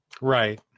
Right